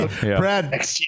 Brad